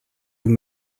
vous